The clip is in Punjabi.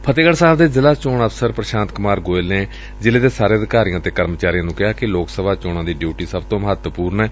ਫਤਹਿਗੜ੍ ਸਾਹਿਬ ਦੇ ਜ਼ਿਲ੍ਹਾ ਚੋਣ ਅਫਸਰ ਪ੍ਰਸ਼ਾਤ ਕੁਮਾਰ ਗੋਇਲ ਨੇ ਜ਼ਿਲ੍ਹੇ ਦੇ ਸਾਰੇ ਅਧਿਕਾਰੀਆਂ ਤੇ ਕਰਮਚਾਰੀਆਂ ਨੂੰ ਕਿਹਾ ਕਿ ਲੋਕ ਸਭਾ ਚੋਣਾਂ ਦੀ ਡਿਉਟੀ ਸਭ ਤੋਂ ਮਹਤੱਵਪੁਰਨ ਹੂੰਦੀ ਏ